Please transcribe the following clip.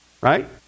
right